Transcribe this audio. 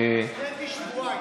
קטי, שבועיים.